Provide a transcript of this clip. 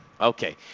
Okay